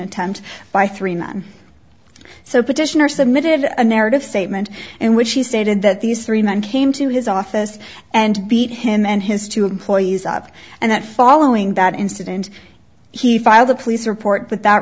attempt by three men so petitioner submitted a narrative statement in which he stated that these three men came to his office and beat him and his two employees up and that following that incident he filed a police report